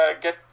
get